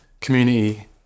community